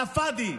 עלא פאדי.